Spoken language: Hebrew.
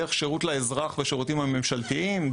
דרך שירות לאזרח לשירותים הממשלתיים,